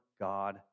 God